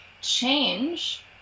change